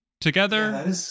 Together